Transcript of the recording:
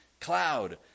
cloud